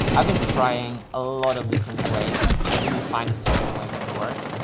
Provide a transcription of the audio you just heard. i've been trying a lot of different ways, i didn't find a single way that worked.